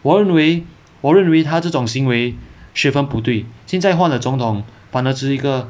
我认为我认为他这种行为十分不对现在换了总统 partner 是一个